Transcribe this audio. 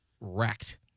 wrecked